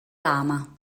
lama